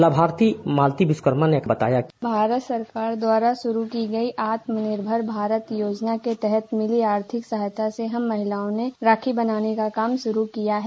लाभार्थी मालती विश्वकर्मा की बाइट भारत सरकार द्वारा शुरू की गई आत्मनिर्भर भारत योजना के तहत मिली आर्थिक सहायता से हम महिलाओं ने राखी बनाने का काम शुरू किया है